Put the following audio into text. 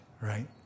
right